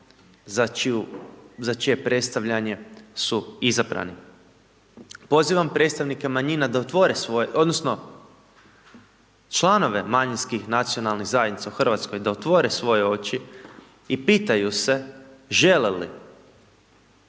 za čije predstavljanje su izabrani. Pozivam predstavnike manjina da otvore svoje odnosno članove manjinskih nacionalnih zajednica u RH da otvore svoje oči i pitaju se žele li